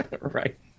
Right